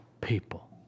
people